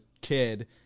kid